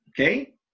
okay